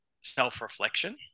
self-reflection